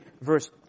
verse